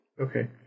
Okay